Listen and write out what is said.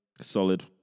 Solid